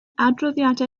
adroddiadau